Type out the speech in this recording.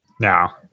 now